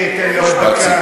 אחי, תן לי עוד דקה.